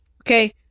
Okay